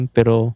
Pero